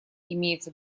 имеется